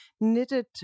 knitted